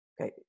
Okay